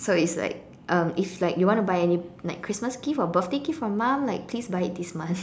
so if like um if like you want to buy any like Christmas gifts or birthday gifts for mom like please buy it this month